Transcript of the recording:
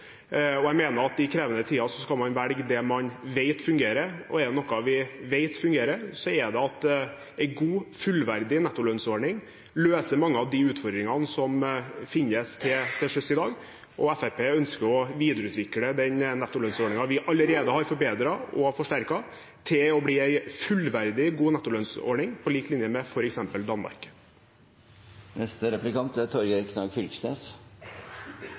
mener jeg at vi skal tenke oss nøye om, og at i krevende tider skal man velge det man vet fungere. Er det noe vi vet fungerer, er det at en god, fullverdig nettolønnsordning løser mange av de utfordringene som finnes til sjøs i dag. Fremskrittspartiet ønsker å videreutvikle den nettolønnsordningen vi allerede har forbedret og forsterket, til å bli en fullverdig, god nettolønnsordning på lik linje med den man har i f.eks. Danmark. Eg må ærleg seie eg er